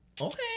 Okay